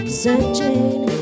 searching